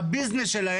זה מה שנקרא רישוי עצמי?